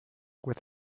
with